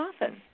often